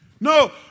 No